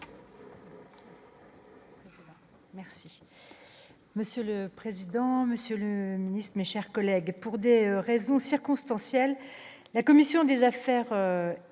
Merci monsieur le président, Monsieur le Ministre, mes chers collègues, pour des raisons circonstancielles, la commission des affaires